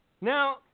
Now